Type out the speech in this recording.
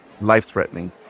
life-threatening